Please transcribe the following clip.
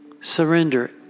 surrender